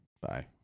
Bye